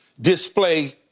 display